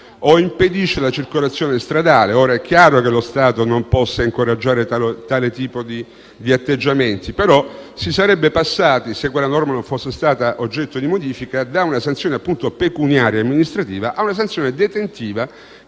o impedisce la circolazione stradale. È chiaro che lo Stato non può incoraggiare tale tipo di atteggiamenti; si sarebbe passati, però, se quella norma non fosse stata oggetto di modifica, da una sanzione pecuniaria e amministrativa a una sanzione detentiva